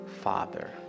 father